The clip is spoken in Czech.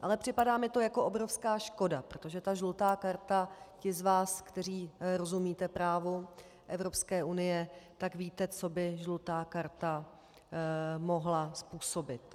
Ale připadá mi to jako obrovská škoda, protože ta žlutá karta ti z vás, kteří rozumíte právu Evropské unie, tak víte, co by žlutá karta mohla způsobit.